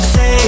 Say